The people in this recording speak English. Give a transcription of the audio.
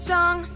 song